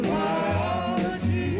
Biology